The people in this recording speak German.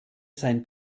sein